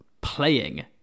playing